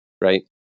right